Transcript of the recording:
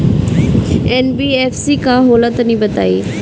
NBFC का होला तनि बताई?